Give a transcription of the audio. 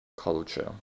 culture